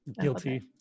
Guilty